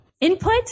input